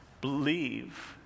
Believe